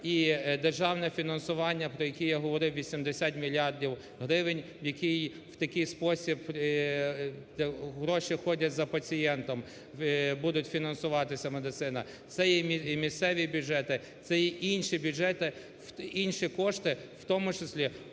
і державне фінансування, про яке я говорив, 80 мільярдів гривень, в який в такий спосіб гроші ходять за пацієнтом, будуть фінансуватися медицина. Це є і місцеві бюджети, це є інші бюджети, інші кошти, в тому числі